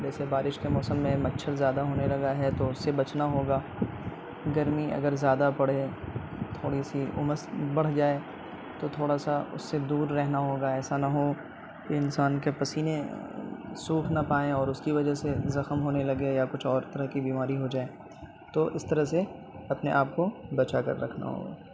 جیسے بارش کے موسم میں مچھر زیادہ ہونے لگا ہے تو اس سے بچنا ہوگا گرمی اگر زیادہ پڑے تھوڑی سی امس بڑھ جائے تو تھوڑا سا اس سے دور رہنا ہوگا ایسا نہ ہو کہ انسان کے پسینے سوکھ نہ پائیں اور اس کی وجہ سے زخم ہونے لگے یا کچھ اور طرح کی بیماری ہو جائے تو اس طرح سے اپنے آپ کو بچا کر رکھنا ہوگا